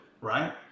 right